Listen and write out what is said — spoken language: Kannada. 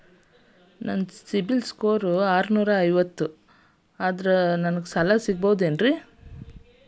ನನ್ನ ಸಿಬಿಲ್ ಸ್ಕೋರ್ ಆರನೂರ ಐವತ್ತು ಅದರೇ ನನಗೆ ಸಾಲ ಸಿಗಬಹುದೇನ್ರಿ?